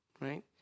right